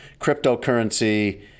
cryptocurrency